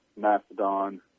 Mastodon